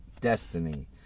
destiny